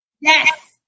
Yes